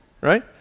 Right